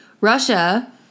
Russia